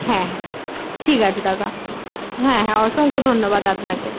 হ্যাঁ হ্যাঁ ঠিক আছে দাদা হ্যাঁ হ্যাঁ অসংখ্য ধন্যবাদ আপনাকে